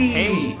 hey